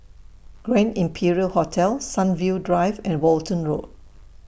Grand Imperial Hotel Sunview Drive and Walton Road